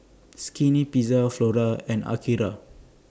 Skinny Pizza Flora and Akira